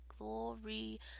Glory